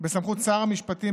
ובסמכות שר המשפטים,